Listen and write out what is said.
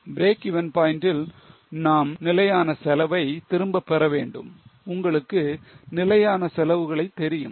Breakeven point ல் நாம் நிலையான செலவை திரும்ப பெறவேண்டும் உங்களுக்கு நிலையான செலவுகளை தெரியும்